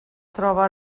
troba